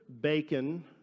bacon